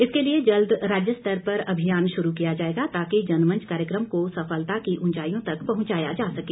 इसके लिए जल्द राज्य स्तर पर अभियान शुरू किया जाएगा ताकि जनमंच कार्यक्रम को सफलता की ऊंचाईयों तक पहुंचाया जा सके